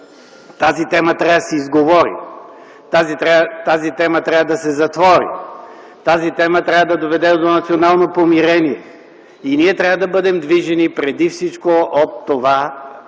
Тя трябва да се изговори, трябва да се затвори, трябва да доведе до национално помирение. И ние трябва да бъдем движени преди всичко от това